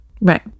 right